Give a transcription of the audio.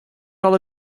alle